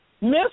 Miss